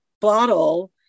bottle